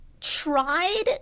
tried